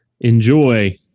Enjoy